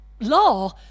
law